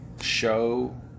show